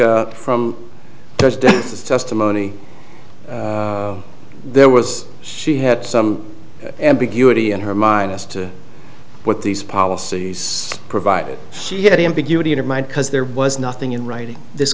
his testimony there was she had some ambiguity in her mind as to what these policies provided she had ambiguity in her mind because there was nothing in writing this